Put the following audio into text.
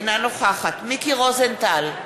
אינה נוכחת מיקי רוזנטל,